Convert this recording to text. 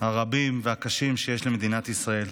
הרבים והקשים שיש למדינת ישראל.